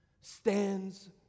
stands